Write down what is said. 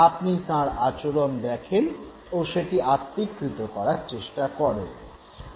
আপনি তাঁর আচরণ দেখেন ও সেটি আত্তীকৃত করার চেষ্টা করেন